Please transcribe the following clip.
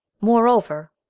moreover,